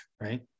right